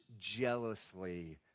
jealously